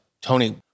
Tony